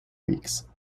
weeks